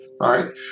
right